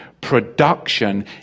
Production